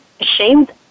ashamed